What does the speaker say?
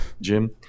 Jim